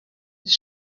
his